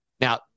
Now